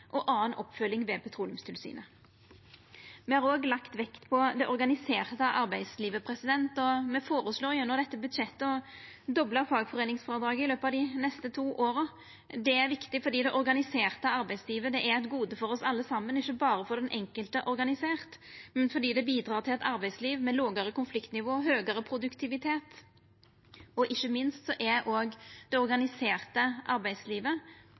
og anna oppfølging ved Petroleumstilsynet. Me har òg lagt vekt på det organiserte arbeidslivet, og me føreslår gjennom dette budsjettet å dobla fagforeiningsfrådraget i løpet av dei neste to åra. Det er viktig fordi det organiserte arbeidslivet er eit gode for oss alle saman, ikkje berre for den enkelte organiserte, fordi det bidreg til eit arbeidsliv med lågare konfliktnivå og høgare produktivitet. Ikkje minst er òg det organiserte arbeidslivet